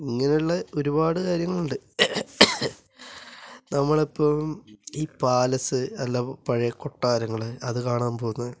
ഇങ്ങനെയുള്ള ഒരുപാട് കാര്യങ്ങളുണ്ട് നമ്മളിപ്പം ഈ പാലസ് അല്ല പഴയ കൊട്ടാരങ്ങള് അത് കാണാൻ പോകുന്നത്